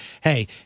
hey